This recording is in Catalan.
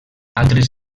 altres